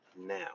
now